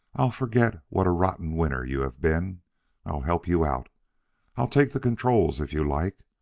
i'll forget what a rotten winner you have been i'll help you out i'll take the controls if you like.